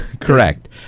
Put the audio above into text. Correct